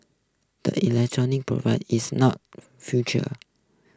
the electronic provide is not future